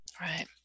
Right